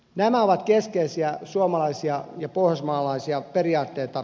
nämä ovat keskeisiä suomalaisia ja pohjoismaalaisia periaatteita